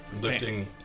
lifting